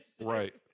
Right